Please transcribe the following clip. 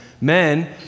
men